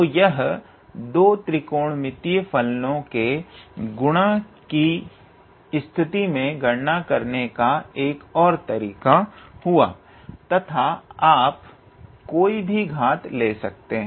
तो यह2 त्रिकोणमितीय फलनो के गुणा की स्थिति मेंगणना करने का एक ओर तरीका हुआ तथा आप कोई भी घात ले सकते हें